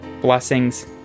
Blessings